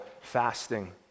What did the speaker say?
fasting